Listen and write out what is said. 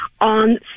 on